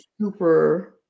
super